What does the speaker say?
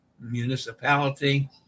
municipality